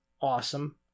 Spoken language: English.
Awesome